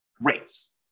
rates